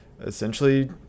essentially